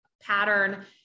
pattern